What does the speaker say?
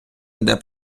йде